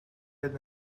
had